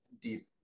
deep